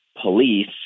police